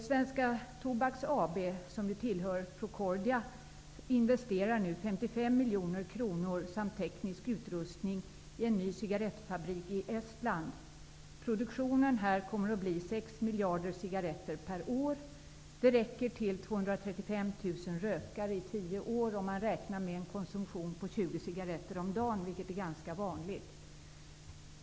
Svenska Tobaks AB, som ju tillhör Procordia, investerar nu 55 miljoner kronor samt teknisk utrustning i en ny cigarettfabrik i Estland. Produktionen där kommer att bli 6 miljarder cigaretter per år. Det räcker till 235 000 rökare i tio år, om man räknar med en konsumtion av 20 cigaretter om dagen, vilket är ganska vanligt.